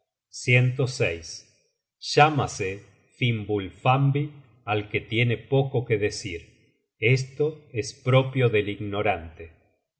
que venga al caso llámase fimbulfambi al que tiene poco que decir esto es propio del ignorante